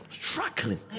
Struggling